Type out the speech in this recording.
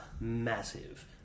massive